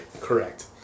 Correct